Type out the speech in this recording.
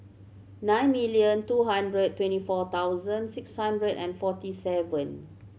nine million two hundred twenty four thousand six hundred and forty seven